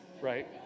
right